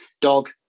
dog